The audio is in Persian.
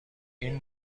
این